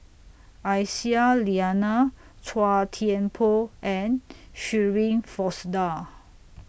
Aisyah Lyana Chua Thian Poh and Shirin Fozdar